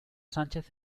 sánchez